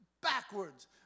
backwards